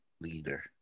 Leader